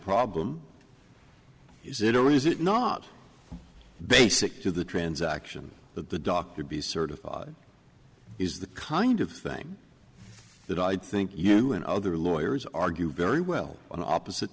problem is it only is it not basic to the transaction that the doctor be certified is the kind of thing that i think you and other lawyers argue very well on opposite